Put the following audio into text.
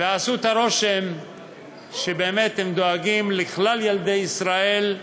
ועשו את הרושם שבאמת הם דואגים לכלל ילדי ישראל,